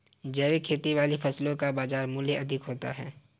जैविक खेती वाली फसलों का बाजार मूल्य अधिक होता है